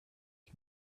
die